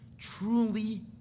Truly